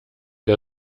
der